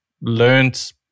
learned